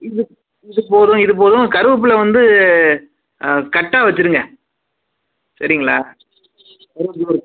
இது இது போதும் இது போதும் கருவேப்பிலை வந்து கட்டாக வெச்சிடுங்க சரிங்களா